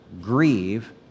grieve